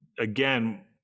Again